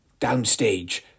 downstage